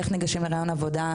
איך ניגשים לראיון עבודה?